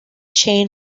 chain